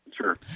Sure